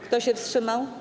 Kto się wstrzymał?